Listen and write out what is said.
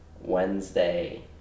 Wednesday